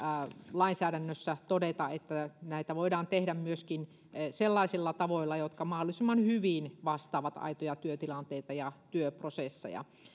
lainsäädännössä todeta että näitä voidaan myöskin tehdä sellaisilla tavoilla jotka mahdollisimman hyvin vastaavat aitoja työtilanteita ja työprosesseja